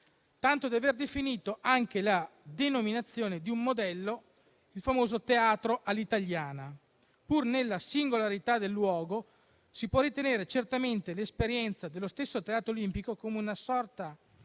tanto da aver definito anche la denominazione di un modello, il famoso teatro all'italiana. Pur nella singolarità del luogo, si può ritenere certamente l'esperienza dello stesso Teatro Olimpico come una sorta